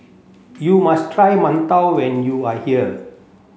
you must try Mantou when you are here